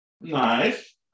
Nice